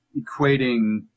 equating